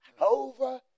over